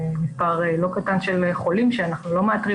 מספר לא קטן של חולים שאנחנו לא מאתרים